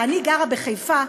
ואני גרה בחיפה,